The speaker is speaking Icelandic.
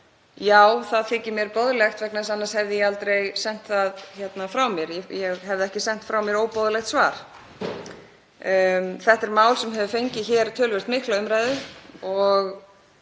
Já, það þykir mér boðlegt vegna þess að annars hefði ég aldrei sent það frá mér. Ég hefði ekki sent frá mér óboðlegt svar. En þetta er mál sem hefur fengið töluvert mikla umræðu,